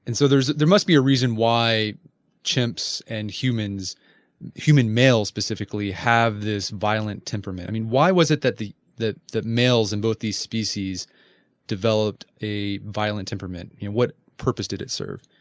and so there must be reason why chimps and human human males specifically have this violent temperament, i mean why was it that the that the males in both these species developed a violent temperament and what purpose did it serve?